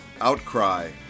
outcry